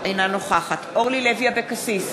אינה נוכחת אורלי לוי אבקסיס,